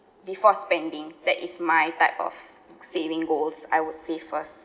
before spending that is my type of saving goals I would save first